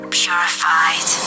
purified